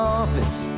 office